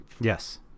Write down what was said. Yes